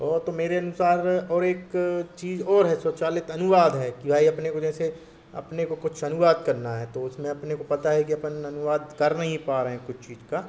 वह तो मेरे अनुसार और एक चीज़ और है स्वचालित अनुवाद है कि भाई अपने को जैसे अपने को कुछ अनुवाद करना है तो उसमें अपने को पता है की अपन अनुवाद कर नहीं पा रहे हैं कुछ चीज़ का